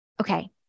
Okay